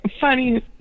Funny